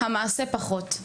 המעשה פחות.